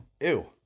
ew